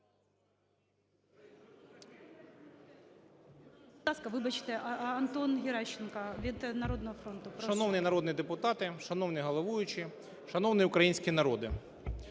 Шановний народний депутате, шановний головуючий, шановний український народе!